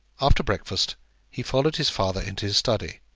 after breakfast he followed his father into his study,